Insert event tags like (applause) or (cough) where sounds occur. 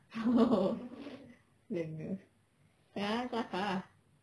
oh (laughs) selenge sekarang kelakar ah